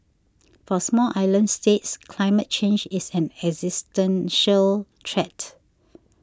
for small island states climate change is an existential threat